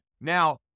Now